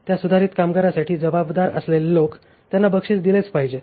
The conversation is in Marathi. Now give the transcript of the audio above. त्या सुधारित कामगिरीसाठी जबाबदार असलेले लोक त्यांना बक्षीस दिलेच पाहिजे